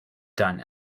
done